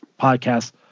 podcast